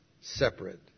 separate